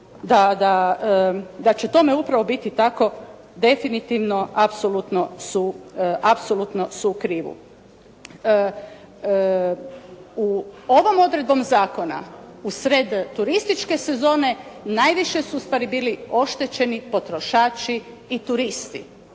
da će tome upravo biti tako, definitivno apsolutno su u krivu. Ovom odredbom zakona usred turističke sezone, najviše su ustvari bili oštećeni potrošači i turisti.